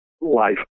life